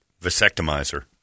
vasectomizer